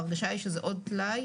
ההרגשה היא שזה עוד טלאי